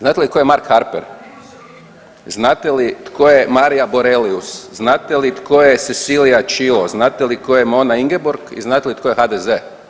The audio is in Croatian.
Znate li tko je Mark Harper, znate li tko je Maria Borelius, znate li tko je Cecilia Cilo, znate li tko je Mona Ingeborg i znate li tko je HDZ?